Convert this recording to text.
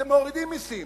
אתם מורידים מסים.